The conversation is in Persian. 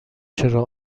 چرا